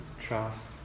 trust